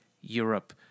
Europe